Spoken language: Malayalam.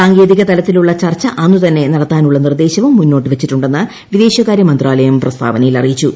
സാങ്കേതിക തലത്തിലുള്ള ചർച്ച അന്നുതന്നെ നടത്താനുളള നിർദ്ദേശവും മുന്നോട്ടു വച്ചിട്ടുണ്ടെന്ന് വിദേശകാരൃമന്ത്രാലയം പ്രസ്താവനയിൽ അറിയിച്ചു